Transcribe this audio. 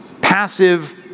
passive